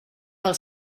del